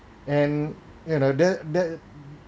and you know the the